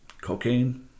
Cocaine